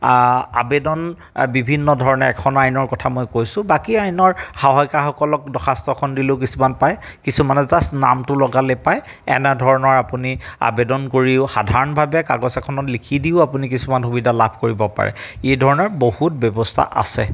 আবেদন বিভিন্ন ধৰণে এখন আইনৰ কথা মই কৈছোঁ বাকী আইনৰ সহায়িকাসকলক দৰ্খাস্ত এখন দিলেও কিছুমান পায় কিছুমানে জাষ্ট নামটো লগালেই পায় এনেধৰণৰ আপুনি আবেদন কৰিও সাধাৰণভাৱে কাগজ এখনত লিখি দিও আপুনি কিছুমান সুবিধা লাভ কৰিব পাৰে এই ধৰণৰ বহুত ব্যৱস্থা আছে